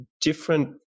different